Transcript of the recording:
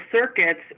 circuits